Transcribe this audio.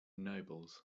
nobles